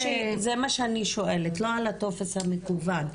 זה מה שאני שואלת, לא על הטופס המקוון.